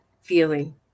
feeling